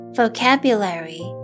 vocabulary